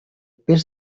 pes